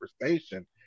conversation